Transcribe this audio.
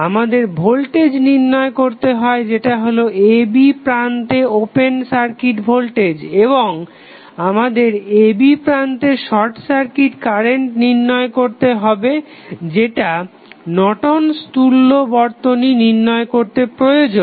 আমাদের ভোল্টেজ নির্ণয় করতে হয় যেটা হলো a b প্রান্তে ওপেন সার্কিট ভোল্টেজ এবং আমাদের a b প্রান্তে শর্ট সার্কিট কারেন্ট নির্ণয় করতে হবে যেটা নর্টন'স তুল্য Nortons equivalent বর্তনী নির্ণয় করতে প্রয়োজন